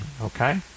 okay